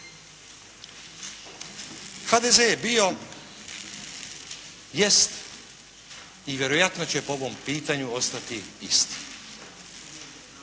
HDZ je bio, jest i vjerojatno će po ovom pitanju ostati isti,